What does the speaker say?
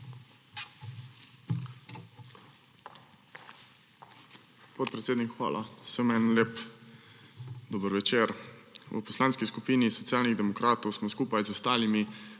Podpredsednik, hvala. Vsem en lep dober večer! V Poslanski skupini Socialni demokratov smo skupaj z ostalimi